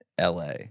LA